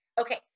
okay